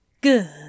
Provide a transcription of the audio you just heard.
Good